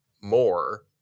more